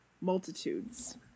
multitudes